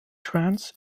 trance